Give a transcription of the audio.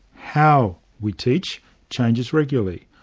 how we teach changes regularly.